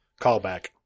callback